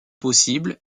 possibles